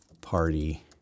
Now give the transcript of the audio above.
Party